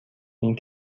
این